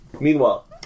meanwhile